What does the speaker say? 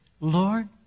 Lord